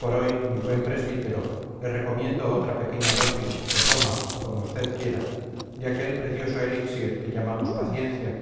por hoy mi buen presbítero le recomiendo otra pequeña dosis o toma como usted quiera de aquel precioso elixir que llamamos paciencia